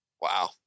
Wow